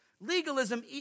Legalism